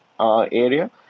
area